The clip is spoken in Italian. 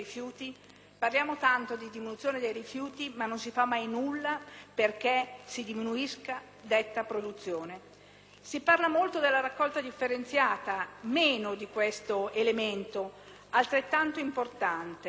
Parliamo tanto di diminuzione dei rifiuti, ma non si fa mai nulla perché si diminuisca detta produzione. Si parla molto della raccolta differenziata, meno di questo elemento altrettanto importante.